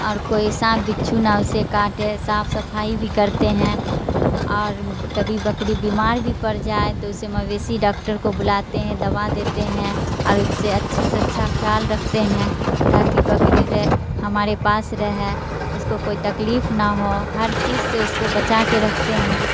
اور کوئی سانپ بچھو نہ اسے کاٹے صاف صفائی بھی کرتے ہیں اور کبھی بکری بیمار بھی پڑ جائے تو اسے مویشی ڈاکٹر کو بلاتے ہیں دوا دیتے ہیں اور اس سے اچھے سے اچھا خیال رکھتے ہیں تا کہ بکری ہمارے پاس رہے اس کو کوئی تکلیف نہ ہو ہر چیز سے اس کو بچا کے رکھتے ہیں